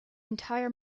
entire